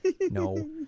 No